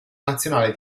nazionale